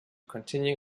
continue